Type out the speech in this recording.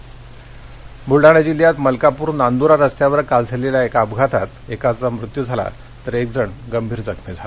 बलडाणा बुलडाणा जिल्ह्यात मलकापूर नांद्रा रस्त्यावर काल झालेल्या अपघातात एकाचा मृत्यू झाला तर एकजण गंभीर जखमी झाला